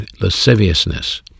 lasciviousness